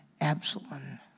Absalom